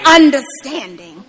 understanding